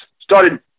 started